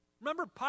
Remember